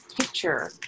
picture